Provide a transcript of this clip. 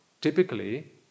typically